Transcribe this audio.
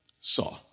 saw